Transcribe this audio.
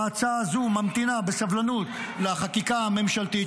ההצעה הזו ממתינה בסבלנות לחקיקה הממשלתית,